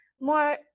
more